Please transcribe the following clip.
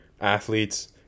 athletes